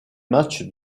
matchs